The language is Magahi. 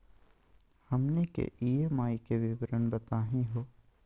हमनी के ई.एम.आई के विवरण बताही हो?